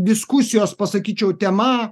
diskusijos pasakyčiau tema